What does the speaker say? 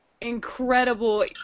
incredible